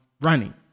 running